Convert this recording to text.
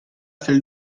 fell